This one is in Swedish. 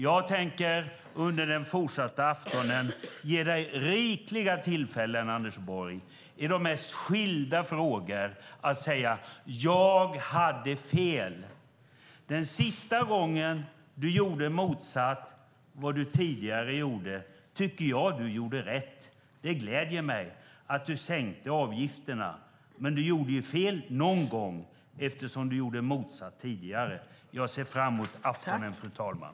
Jag tänker under den fortsatta aftonen att ge dig rikliga tillfällen, Anders Borg, att i de mest skilda frågor säga: Jag hade fel. Den sista gången du gjorde motsatt vad du tidigare gjorde tycker jag att du gjorde rätt. Det gläder mig att du sänkte avgifterna, men du gjorde fel någon gång eftersom du gjorde motsatt tidigare. Jag ser fram emot aftonen, fru talman.